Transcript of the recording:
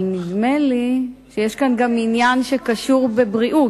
אבל נדמה לי שיש כאן גם עניין שקשור בבריאות.